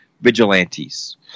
vigilantes